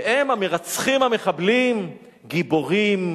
והם, המרצחים, המחסלים, גיבורים,